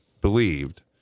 believed